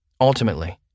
Ultimately